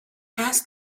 asked